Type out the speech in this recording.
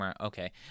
okay